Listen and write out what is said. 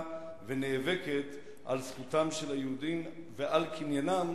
ונאבקת על זכותם של היהודים ועל קניינם,